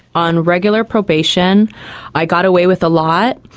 on regular preparation i got away with a lot,